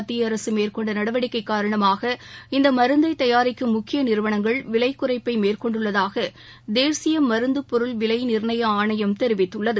மத்தியஅரசுமேற்கொண்டநடவடிக்கைகாரணமாக இந்தமருந்தைதயாரிக்கும் முக்கியநிறுவனங்கள் விலைக்குறைப்பமேற்கொண்டுள்ளதாகதேசியமருந்துப் பொருள் விலை நிர்ணய ஆணையம் தெரிவித்துள்ளது